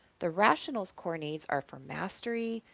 the rationals' core needs are for mastery,